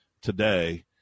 today